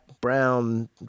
brown